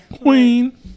Queen